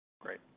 Great